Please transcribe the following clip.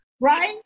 Right